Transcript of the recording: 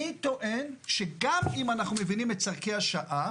אני טוען שגם אם אנחנו מבינים את צורכי השעה,